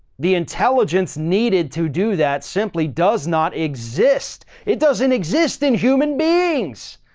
the intelligence needed to do that simply does not exist. it doesn't exist in human beings.